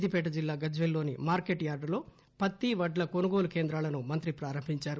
సిద్దిపేట జిల్లా గజ్వేల్ లోని మార్కెట్ యార్డులో పత్తి వడ్ల కొనుగోలు కేంద్రాలను మంత్రి ప్రారంభించారు